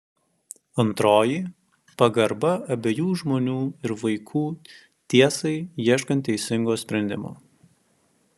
antroji pagarba abiejų žmonių ir vaikų tiesai ieškant teisingo sprendimo